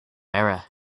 error